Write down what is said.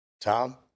Tom